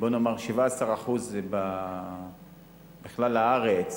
17% בכלל הארץ,